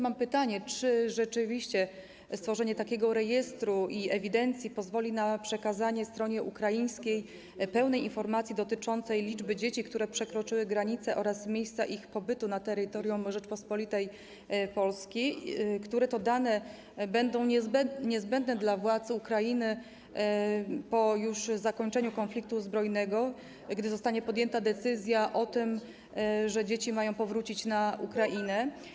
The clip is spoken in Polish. Mam pytanie: Czy rzeczywiście stworzenie takiego rejestru i ewidencji pozwoli na przekazanie stronie ukraińskiej pełnej informacji dotyczącej liczby dzieci, które przekroczyły granicę, oraz miejsca ich pobytu na terytorium Rzeczypospolitej Polskiej, które to dane będą niezbędne dla władz Ukrainy już po zakończeniu konfliktu zbrojnego, gdy zostanie podjęta decyzja o tym, że dzieci mają powrócić na Ukrainę?